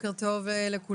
בוקר טוב לכולם.